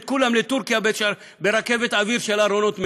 כולם לטורקיה ברכבת אוויר של ארונות מתים.